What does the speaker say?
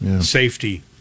safety